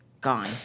gone